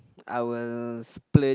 I will split